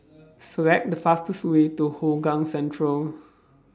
Select The fastest Way to Hougang Central